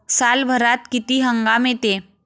सालभरात किती हंगाम येते?